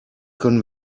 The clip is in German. können